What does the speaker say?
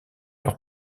leur